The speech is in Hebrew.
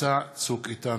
מבצע "צוק איתן".